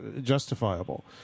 justifiable